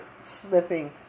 slipping